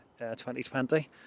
2020